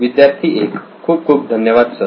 विद्यार्थी 1 खूप खूप धन्यवाद सर